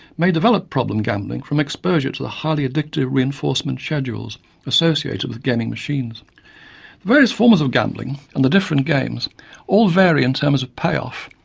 may develop problem gambling an exposure to the highly addictive reinforcement schedules associated with gaming machines. the various forms of gambling and the different games all vary in terms of payoff,